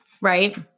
right